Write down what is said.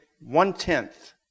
one-tenth